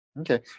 Okay